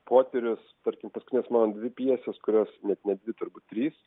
potyris tarkim paskutinės mano dvi pjesės kurios net ne dvi turbūt trys